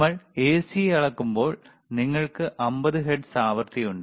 നമ്മൾ എസി അളക്കുമ്പോൾ നിങ്ങൾക്ക് 50 ഹെർട്സ് ആവൃത്തി ഉണ്ട്